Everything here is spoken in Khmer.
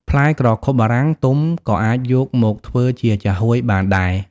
ផ្លែក្រខុបបារាំងទុំក៏អាចយកមកធ្វើជាចាហួយបានដែរ។